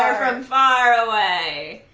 far away,